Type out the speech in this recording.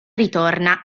ritorna